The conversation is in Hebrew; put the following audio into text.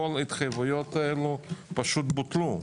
כל ההתחייבויות האלה בוטלו.